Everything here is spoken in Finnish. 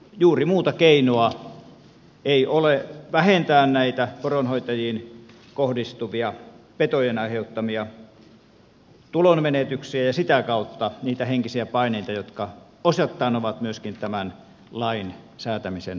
juuri muuta keinoa ei ole vähentää näitä poronhoitajiin kohdistuvia petojen aiheuttamia tulonmenetyksiä ja sitä kautta niitä henkisiä paineita jotka osittain ovat myöskin tämän lain säätämisen taustalla